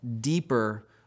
deeper